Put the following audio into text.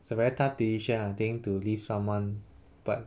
it's a very tough decision I think to leave someone but